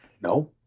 No